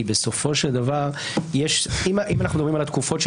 כי בסופו של דבר אם אנחנו מדברים על התקופות של